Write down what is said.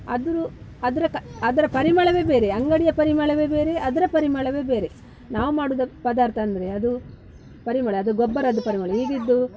ಅದ್ರ ಅದರ ಅದರ ಪರಿಮಳವೇ ಬೇರೆ ಅಂಗಡಿಯ ಪರಿಮಳವೇ ಬೇರೆ ಅದರ ಪರಿಮಳವೆ ಬೇರೆ ನಾವು ಮಾಡುದ ಪದಾರ್ಥ ಅಂದರೆ ಅದು ಪರಿಮಳ ಅದು ಗೊಬ್ಬರದ್ದು ಪರಿಮಳ ಈಗಿದ್ದು